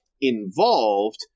involved